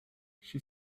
she